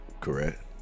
correct